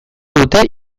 dute